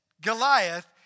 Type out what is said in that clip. Goliath